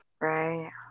Right